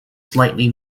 slightly